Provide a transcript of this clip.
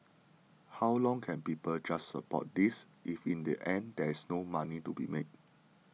how long can people just support this if in the end there is no money to be made